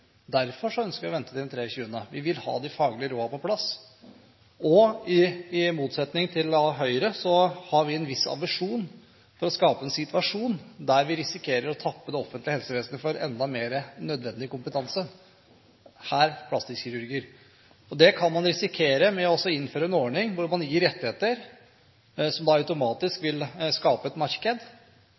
derfor ønsker vi å vente til den 23. Vi vil ha de faglige rådene på plass. I motsetning til Høyre har vi en viss aversjon mot å skape en situasjon der vi risikerer å tappe det offentlige helsevesenet for enda mer nødvendig kompetanse – her plastikkirurger. Det kan man risikere ved å innføre en ordning hvor man gir rettigheter som automatisk vil skape et marked,